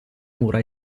mura